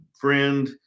Friend